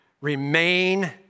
Remain